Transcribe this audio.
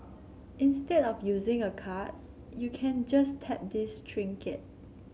instead of using a card you can just tap this trinket